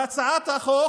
בהצעת החוק